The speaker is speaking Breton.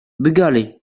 bugale